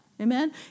Amen